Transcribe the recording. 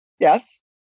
Yes